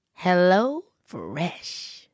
HelloFresh